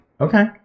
Okay